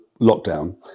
lockdown